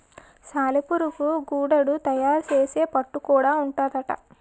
సాలెపురుగు గూడడు తయారు సేసే పట్టు గూడా ఉంటాదట